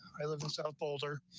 i live without boulder.